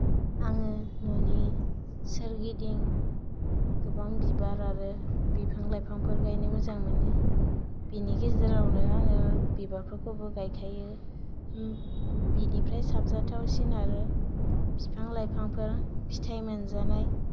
आङो न'नि सोरगिदिं गोबां बिबार आरो बिफां लाइफांफोर गायनो मोजां मोनो बिनि गेजेरावनो आङो बिबारफोरखौबो गायखायो बिनिफ्राय साबजाथावसिन आरो बिफां लाइफां आरो फिथाइ मोनजानाय